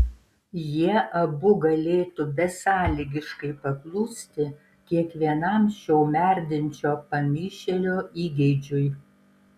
jie abu galėtų besąlygiškai paklusti kiekvienam šio merdinčio pamišėlio įgeidžiui